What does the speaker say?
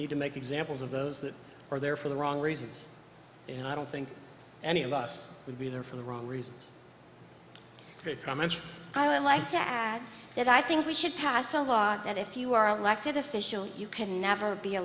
need to make examples of those that are there for the wrong reasons and i don't think any of us would be there for the wrong reasons comments i would like to add that i think we should pass a law that if you are elected official you can never be a